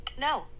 No